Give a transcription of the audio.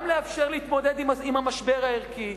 גם לאפשר להתמודד עם המשבר הערכי,